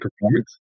performance